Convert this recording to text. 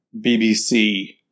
BBC